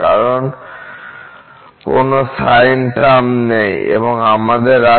কারণ কোন sine term নেই এবং আমাদের আছে